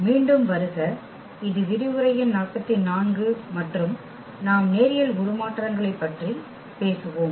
மீண்டும் வருக இது விரிவுரை எண் 44 மற்றும் நாம் நேரியல் உருமாற்றங்களைப் பற்றி பேசுவோம்